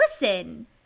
listen